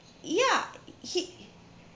ya he